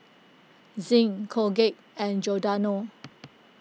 Zinc Colgate and Giordano